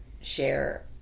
share